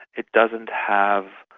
it doesn't have